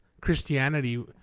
Christianity